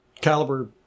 caliber